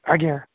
ଆଜ୍ଞା